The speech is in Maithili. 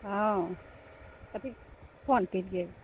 हँ कथी कोन